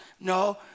No